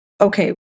okay